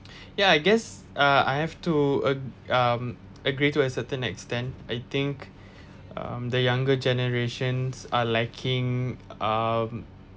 ya I guess uh I have to ag~ um agree to a certain extent I think um the younger generations are lacking um